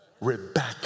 Rebecca